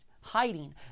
hiding